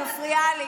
את מפריעה לי.